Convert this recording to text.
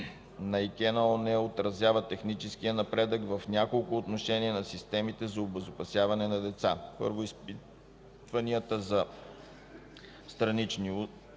на ИКЕ на ООН отразява техническия напредък в няколко отношения на системите за обезопасяване на деца: изпитванията за странични удари,